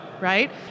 right